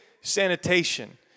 sanitation